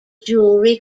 jewellery